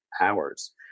hours